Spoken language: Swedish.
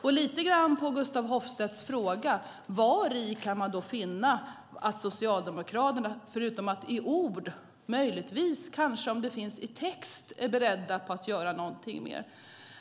Jag frågar som Gustaf Hoffstedt: Var kan vi hos Socialdemokraterna, förutom i ord, finna att man är beredd att göra någonting mer?